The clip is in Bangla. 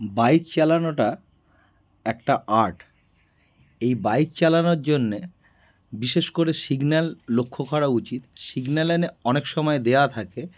বাইক চালানোটা একটা আর্ট এই বাইক চালানোর জন্যে বিশেষ করে সিগনাল লক্ষ্য করা উচিত সিগনালেনে অনেক সময় দেওয়া থাকে